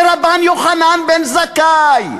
לרבן יוחנן בן זכאי,